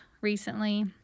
recently